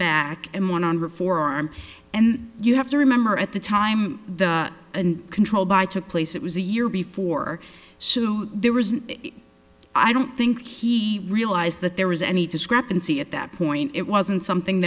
back and one on reform and you have to remember at the time the and controlled by took place it was a year before there was an i don't think he realized that there was any discrepancy at that point it wasn't something